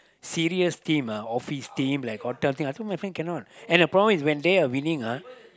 serious team ah office team ah hotel team I told my friend cannot and the problem is when they are winning ah